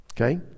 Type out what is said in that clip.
okay